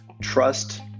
trust